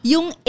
Yung